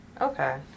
okay